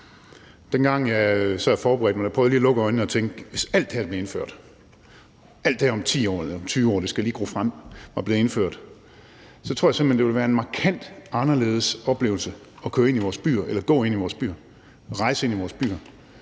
Dengang jeg sad og forberedte mig, lukkede jeg øjnene og tænkte, at hvis alt det her blev indført – om 10 eller 20 år, det skal lige gro op – tror jeg simpelt hen at det ville være en markant anderledes oplevelse at køre inde i vores byer, gå inde i vores byer eller rejse ind til vores byer.